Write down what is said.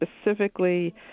specifically